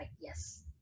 yes